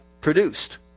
produced